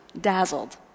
dazzled